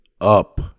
up